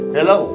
Hello